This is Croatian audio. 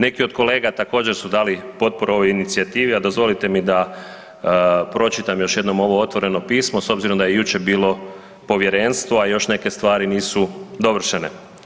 Neki od kolega također su dali potporu ovoj inicijativi, a dozvolite mi da pročitam još jednom ovo otvoreno pismo s obzirom da je jučer bilo povjerenstvo, a još neke stvari nisu dovršene.